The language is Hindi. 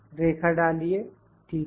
रेखा डालिए ठीक है